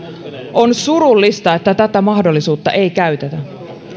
on surullista että tätä mahdollisuutta ei käytetä